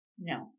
No